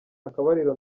akabariro